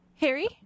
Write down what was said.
Harry